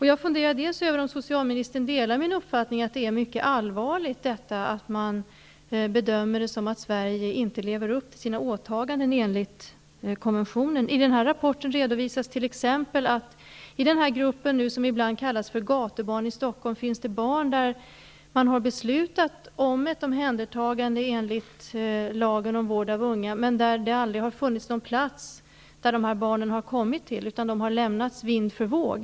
Jag funderar över om socialministern delar min uppfattning att det är mycket allvarligt att Rädda barnen bedömer det som att Sverige inte lever upp till sina åtaganden enligt konventionen. I rapporten redovisas t.ex. att det i den grupp som ibland kallas gatubarn i Stockholm finns barn för vilka man har beslutat om ett omhändertagande enligt lagen om vård av unga men för vilka det aldrig har funnits någon plats att komma till. De har i stället lämnats vind för våg.